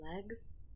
legs